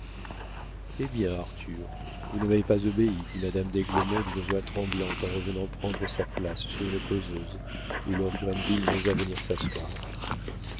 hé bien arthur vous ne m'avez pas obéi dit madame d'aiglemont d'une voix tremblante en revenant prendre sa place sur une causeuse où lord grenville n'osa venir s'asseoir